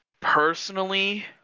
personally